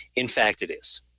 in fact it is